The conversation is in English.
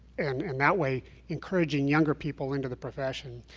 and and that way encouraging younger people into the profession.